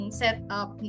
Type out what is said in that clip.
setup